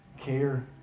care